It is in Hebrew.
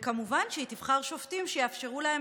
והיא כמובן תבחר שופטים שיאפשרו להם